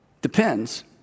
depends